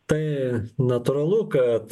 tai natūralu kad